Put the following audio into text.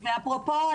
אפרופו,